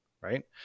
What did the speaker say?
right